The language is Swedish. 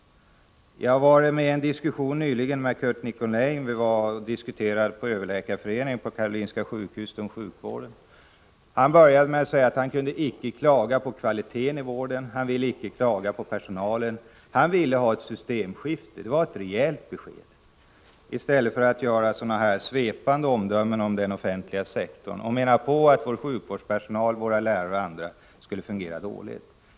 Jag deltog nyligen tillsammans med Curt Nicolin i en diskussion om sjukvården med Överläkareföreningen på Karolinska sjukhuset. Nicolin började med att säga att han icke kunde klaga på kvaliteten i vården, och han ville icke klaga på personalen. Han ville ha systemförändringar. Det var ett rejält besked, i stället för att göra svepande omdömen om den offentliga sektorn och mena att vår sjukvårdspersonal, våra lärare och andra skulle fungera dåligt.